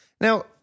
Now